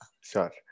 sure